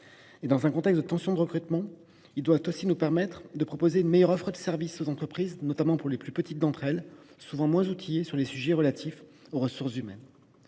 Dans un contexte de tensions en matière de recrutement, il doit aussi permettre de proposer une meilleure offre de services aux entreprises, notamment pour les plus petites, souvent moins outillées sur les sujets relatifs aux ressources humaines.